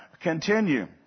Continue